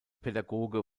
pädagoge